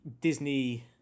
Disney